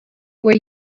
where